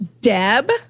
deb